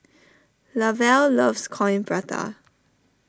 Lavelle loves Coin Prata